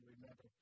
remember